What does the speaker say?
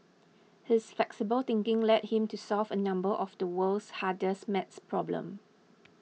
his flexible thinking led him to solve a number of the world's hardest math problems